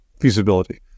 feasibility